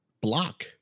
block